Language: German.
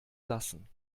lassen